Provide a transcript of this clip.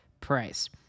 price